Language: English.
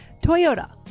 Toyota